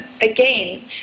again